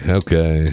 okay